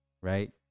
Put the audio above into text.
right